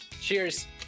Cheers